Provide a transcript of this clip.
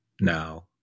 now